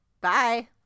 Bye